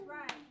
right